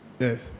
Yes